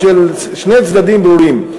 או של שני צדדים ברורים.